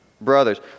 brothers